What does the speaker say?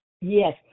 Yes